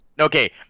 Okay